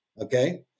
okay